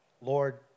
Lord